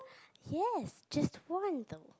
yes just one though